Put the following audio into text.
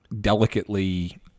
delicately